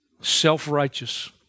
Self-righteous